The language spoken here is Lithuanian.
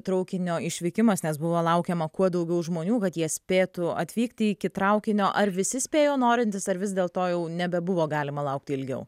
traukinio išvykimas nes buvo laukiama kuo daugiau žmonių kad jie spėtų atvykti iki traukinio ar visi spėjo norintys ar vis dėlto jau nebebuvo galima laukti ilgiau